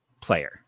player